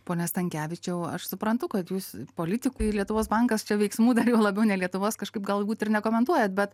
pone stankevičiau aš suprantu kad jūs politikų ir lietuvos bankas veiksmų dar juo labiau ne lietuvos kažkaip galbūt ir nekomentuojat bet